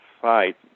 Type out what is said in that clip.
fight